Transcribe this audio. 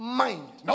mind